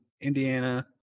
Indiana